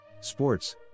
Sports